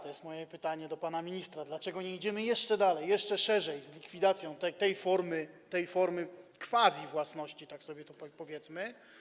To jest moje pytanie do pana ministra, dlaczego nie idziemy jeszcze dalej, jeszcze szerzej z likwidacją tej formy, tej quasi-własności, tak sobie powiedzmy.